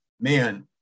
Man